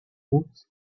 troops